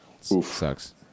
Sucks